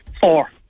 Four